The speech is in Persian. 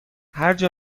هرجا